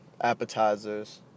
appetizers